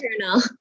journal